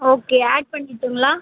okay add பண்ணிடட்டுங்களா